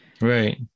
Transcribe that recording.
Right